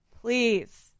please